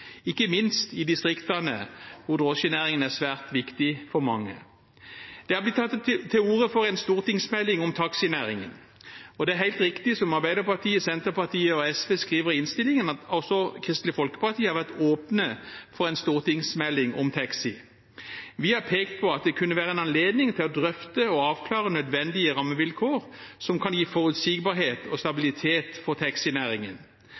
ikke minst i distriktene, hvor drosjenæringen er svært viktig for mange. Det har blitt tatt til orde for en stortingsmelding om taxinæringen, og det er helt riktig – som Arbeiderpartiet, Senterpartiet og SV skriver i innstillingen – at også Kristelig Folkeparti har vært åpne for en stortingsmelding om taxi. Vi har pekt på at det kunne være en anledning til å drøfte og avklare nødvendige rammevilkår som kan gi forutsigbarhet og stabilitet for taxinæringen.